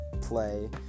play